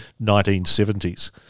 1970s